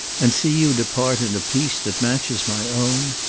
and see you depart in a peace that matches my own?